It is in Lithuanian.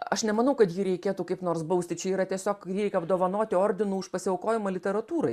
aš nemanau kad jį reikėtų kaip nors bausti čia yra tiesiog jį reik apdovanoti ordinu už pasiaukojimą literatūrai